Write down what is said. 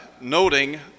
noting